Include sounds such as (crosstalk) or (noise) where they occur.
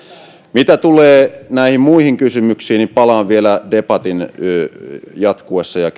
mitä tulee näihin muihin kysymyksiin niin palaan vielä debatin jatkuessa ja (unintelligible)